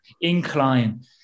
incline